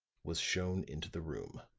was shown into the room.